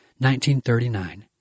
1939